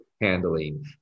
handling